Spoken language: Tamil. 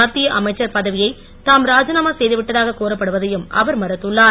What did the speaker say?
மத்திய அமைச்சர் பதவியை தாம் ராஜினாமா செய்து விட்டதாக கூறப்படுவதையும் அவர் மறுத்துள்ளார்